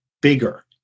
bigger